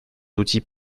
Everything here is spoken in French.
outils